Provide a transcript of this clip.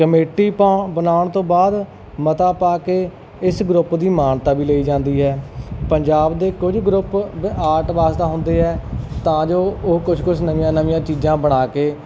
committee ਪਾਉ ਬਣਾਉਣ ਤੋਂ ਬਾਅਦ ਮਤਾ ਪਾ ਕੇ ਇਸ ਗਰੁੱਪ ਦੀ ਮਾਨਤਾ ਵੀ ਲਈ ਜਾਂਦੀ ਹੈ ਪੰਜਾਬ ਦੇ ਕੁਝ ਗਰੁੱਪ ਆਰਟ ਵਾਸਤੇ ਹੁੰਦੇ ਆ ਤਾਂ ਜੋ ਉਹ ਕੁਛ ਕੁਛ ਨਵੀਆਂ ਨਵੀਆਂ ਚੀਜ਼ਾਂ ਬਣਾ ਕੇ